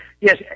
Yes